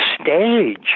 stage